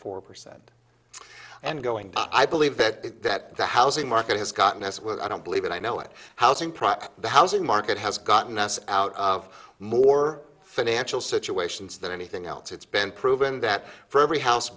four percent and going i believe that the housing market has gotten as i don't believe it i know it housing project the housing market has gotten us out of more financial situations than anything else it's been proven that for every house